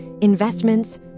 investments